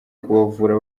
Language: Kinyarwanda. kubavura